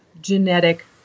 genetic